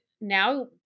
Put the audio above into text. now